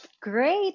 Great